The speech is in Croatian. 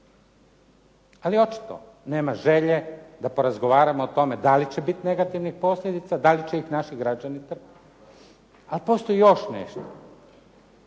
Ali očito nema želje da porazgovaramo o tome da li će biti negativnih posljedica, da li će ih naši građani trpiti. A postoji još nešto.